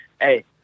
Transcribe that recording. Hey